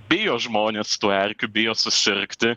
bijo žmonės tų erkių bijo susirgti